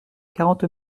quarante